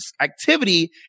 activity